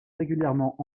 régulièrement